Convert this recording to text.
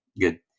good